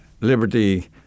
Liberty